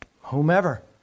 whomever